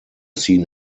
seen